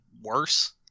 worse